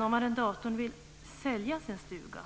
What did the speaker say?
Om arrendatorn vill sälja sin stuga